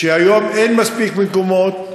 כיום אין מספיק מקומות.